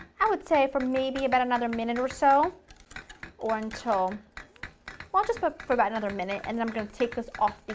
i would say for maybe about another minute or so or until well just but about another minute and then we're going to take this off